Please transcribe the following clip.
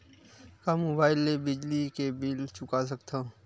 का मुबाइल ले बिजली के बिल चुका सकथव?